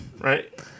Right